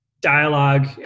dialogue